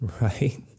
right